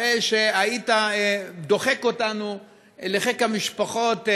הרי היית דוחק אותנו לחיק המשפחות,